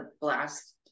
blast